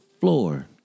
floor